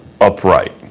upright